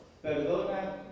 Perdona